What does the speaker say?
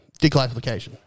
declassification